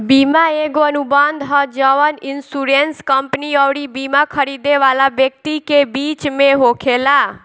बीमा एगो अनुबंध ह जवन इन्शुरेंस कंपनी अउरी बिमा खरीदे वाला व्यक्ति के बीच में होखेला